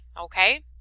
okay